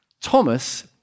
Thomas